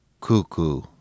cuckoo